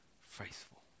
faithful